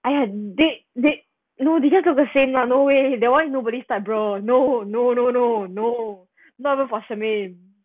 I hadn't they they know they just have the same lah no way that why nobody start bro no no no no no not me for me